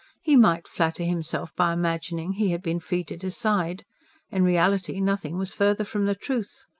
he might flatter himself by imagining he had been free to decide in reality nothing was further from the truth.